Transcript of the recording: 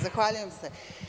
Zahvaljujem se.